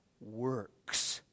works